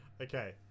Okay